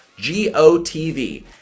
GOTV